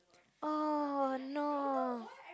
oh no